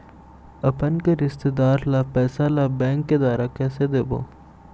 अपन के रिश्तेदार ला पैसा ला बैंक के द्वारा कैसे देबो?